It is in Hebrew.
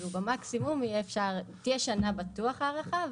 במקסימום בטוח תהיה שנה הארכה.